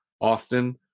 Austin